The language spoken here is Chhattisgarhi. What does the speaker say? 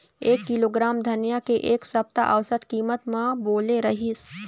एक किलोग्राम धनिया के एक सप्ता औसत कीमत का बोले रीहिस?